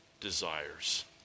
desires